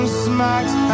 smacks